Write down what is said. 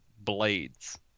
Blades